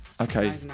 Okay